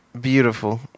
Beautiful